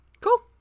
Cool